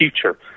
future